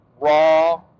raw